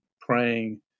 praying